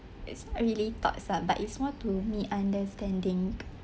it's not really thoughts ah but it's more to me understanding